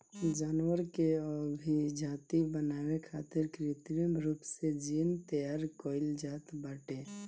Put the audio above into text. जानवर के अभिजाति बनावे खातिर कृत्रिम रूप से जीन तैयार कईल जात बाटे